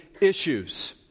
issues